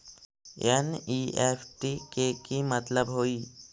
NEFT के कि मतलब होइ?